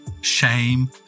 shame